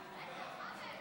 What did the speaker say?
כנוסח הוועדה.